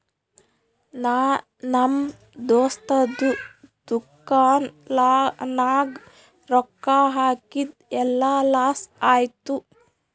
ನಾ ನಮ್ ದೋಸ್ತದು ದುಕಾನ್ ನಾಗ್ ರೊಕ್ಕಾ ಹಾಕಿದ್ ಎಲ್ಲಾ ಲಾಸ್ ಆಯ್ತು